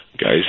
Guys